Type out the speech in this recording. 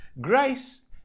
grace